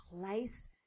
place